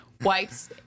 Wipes